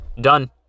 done